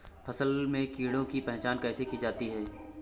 फसल में कीड़ों की पहचान कैसे की जाती है?